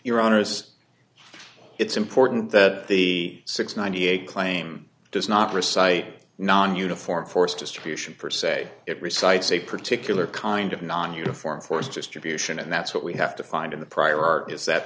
your honors it's important that the six ninety eight claim does not recite non uniform force distribution for say it recites a particular kind of non uniform force distribution and that's what we have to find in the prior art is that